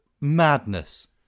Madness